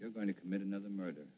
you're going to commit another murder